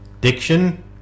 Diction